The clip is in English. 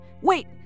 Wait